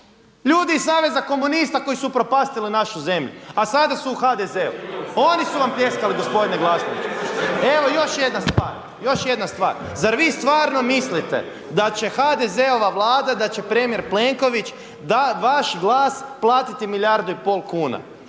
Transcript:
ljudi iz saveza komunista koji su upropastili našu zemlju, a sada su u HDZ-u, oni su vam pljeskali gospodine Glasnoviću. Evo još jedna stvar, zar vi stvarno mislite da će HDZ-ova Vlada da će premijer Plenković vaš glas platiti milijardu i pol kuna?